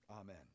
Amen